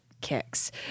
kicks